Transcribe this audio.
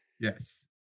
Yes